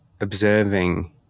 observing